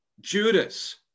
Judas